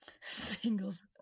Singles